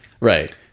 Right